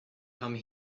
come